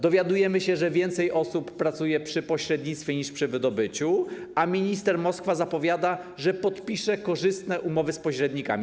Dowiadujemy się, że więcej osób pracuje przy pośrednictwie niż przy wydobyciu, a minister Moskwa zapowiada, że podpisze korzystne umowy z pośrednikami.